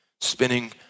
spinning